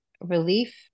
relief